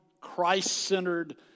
Christ-centered